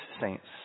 saints